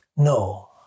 No